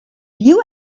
you